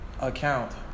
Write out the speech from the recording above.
account